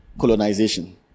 colonization